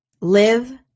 Live